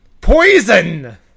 Poison